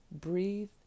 Breathe